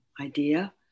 idea